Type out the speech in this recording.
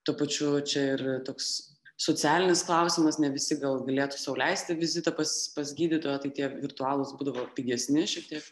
tuo pačiu čia ir toks socialinis klausimas ne visi gal galėtų sau leisti vizitą pas pas gydytoją tai tie virtualūs būdavo pigesni šiek tiek